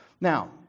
Now